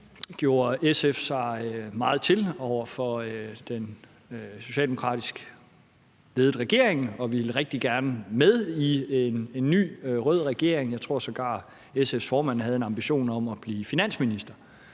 valget gjorde SF sig meget til over for den socialdemokratisk ledede regering og ville rigtig gerne med i en ny rød regering. Jeg tror sågar, SF's formand havde en ambition om at blive finansminister.